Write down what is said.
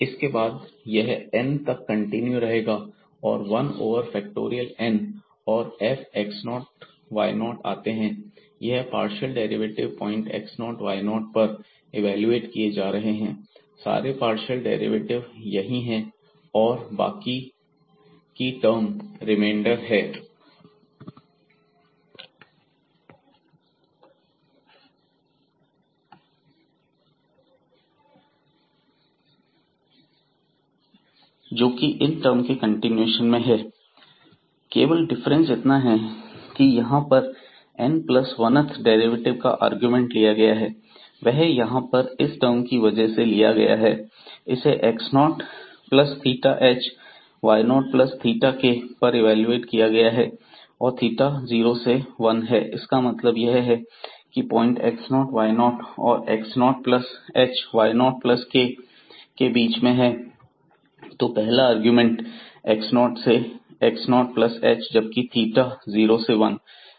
इसके बाद यह n तक कंटिन्यू रहेगा और 1 ओवर फैक्टोरियल n और fx0 y0 आते हैं यह partial derivative point x0 y0 पर इवेलुएट किए जा रहे हैं सारे पार्शियल डेरिवेटिव यही हैं और बाकी की टर्म रिमेंडर है जोकि इन टर्म के कंटिन्यूएशन में है केवल डिफरेंस इतना है की यहां पर n plus one th derivative का आर्गुमेंट लिया गया है वह यहां पर इस टर्म की वजह से लिया गया है इसे x0 plus theta h y0 plus theta k पर इवेलुएट किया गया है और थीटा 0 से 1 है इसका मतलब यह है की प्वाइंट x0 y0 और x0 plus h y0 plus k के बीच में है तो पहला अरगुमेंट x0 से x0 प्लस h जबकि थीटा 0 से 1